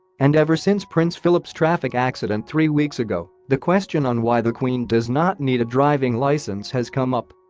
and ever since prince philip's traffic accident three weeks ago, the question on why the queen does not need a driving licence has come up